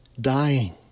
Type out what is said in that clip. dying